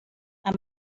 amb